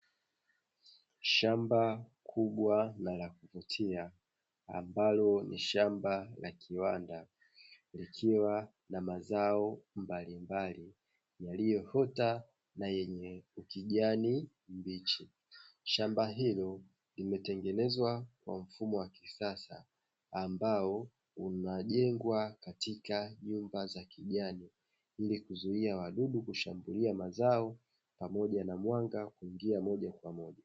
shamba kubwa na la kuvutia ambalo ni shamba la kiwanda likiwa namazo mbalimbali yaliyoota na yenye ukijani mbichi shamba hilo limetengenezwa kwa mfumo wa kisasa ambao unajengwa katika nyumba za kijani ili kuzuia wadudu kushambulia mazao pamoja na mwanga kuingia moja kwa moja.